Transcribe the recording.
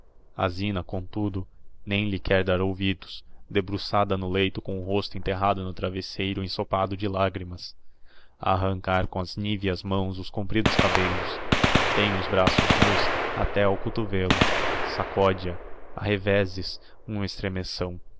a zina comtudo nem lhe quer dar ouvidos debruçada no leito com o rosto enterrado no travesseiro ensopado de lagrimas a arrancar com as niveas mãos os compridos cabellos tem os braços nus até ao cotovêlo saccóde a a revézes um estremeção